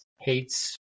hates